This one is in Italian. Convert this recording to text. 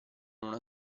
una